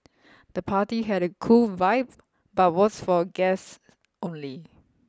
the party had a cool vibe but was for guests only